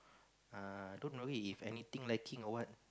uh don't remember if anything liking or what